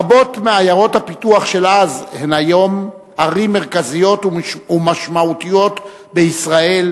רבות מעיירות הפיתוח של אז הן היום ערים מרכזיות ומשמעותיות בישראל,